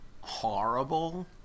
horrible